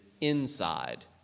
inside